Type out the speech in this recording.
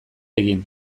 egin